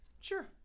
Sure